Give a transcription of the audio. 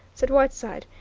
said whiteside.